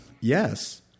yes